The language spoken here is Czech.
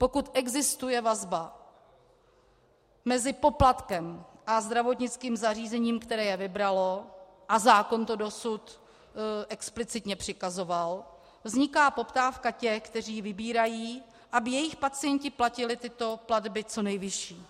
Pokud existuje vazba mezi poplatkem a zdravotnickým zařízením, které jej vybralo, a zákon to dosud explicitně přikazoval, vzniká poptávka těch, kteří jej vybírají, aby jejich pacienti platili tyto platby co nejvyšší.